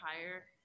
higher